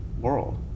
world